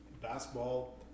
basketball